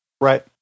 Right